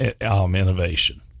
innovation